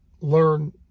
learn